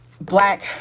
Black